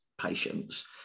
patients